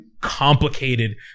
complicated